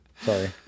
Sorry